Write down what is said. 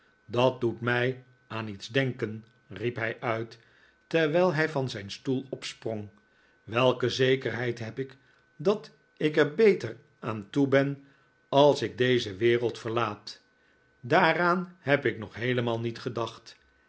dat doet mij aan iets denken riep hij uit terwijl hij van zijn stoel opsprong welke zekerheid heb ik dat ik er beter aan toe ben als ik deze wereld verlaat daaraan heb ik nog heelemaal niet gedacht